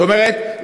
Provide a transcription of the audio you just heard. זאת אומרת,